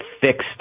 fixed